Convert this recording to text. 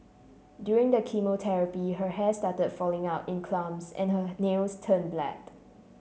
during the chemotherapy her hair started falling out in clumps and her nails turned black